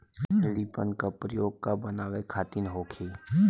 Reaper का प्रयोग का बनावे खातिन होखि?